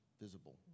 visible